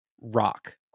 rock